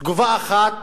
תגובה אחת